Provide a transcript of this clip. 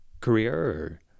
career